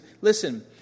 Listen